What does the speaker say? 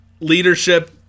leadership